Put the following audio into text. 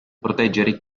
proteggere